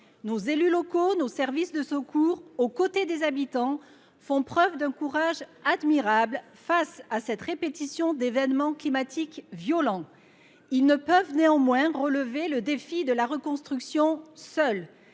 nos élus locaux et nos services de secours, aux côtés des habitants, font preuve d’un courage admirable face à la répétition d’événements climatiques violents. Néanmoins, ils ne peuvent relever seuls le défi de la reconstruction ; ils